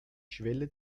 schwelle